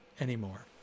anymore